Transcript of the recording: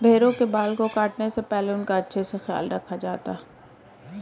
भेड़ों के बाल को काटने से पहले उनका अच्छे से ख्याल रखा जाता है